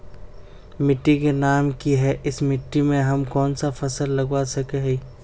मिट्टी के नाम की है इस मिट्टी में हम कोन सा फसल लगा सके हिय?